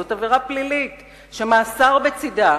זאת עבירה פלילית שמאסר בצדה,